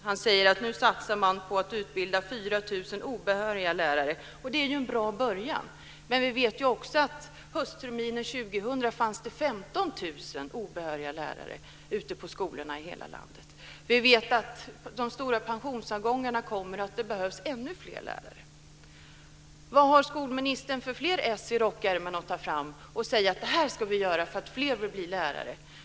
Han säger att man nu satsar på att utbilda 4 000 obehöriga lärare. Det är ju en bra början. Men vi vet också att det höstterminen 2000 fanns 15 000 obehöriga lärare ute på skolorna i hela landet. Vi vet att de stora pensionsavgångarna kommer och att det behövs ännu fler lärare. Vilka ess har skolministern mer i rockärmen att ta fram och säga: Det här ska vi göra så att fler vill bli lärare.